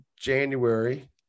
January